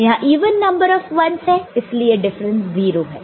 यहां even number of 1's है इसलिए डिफरेंस 0 है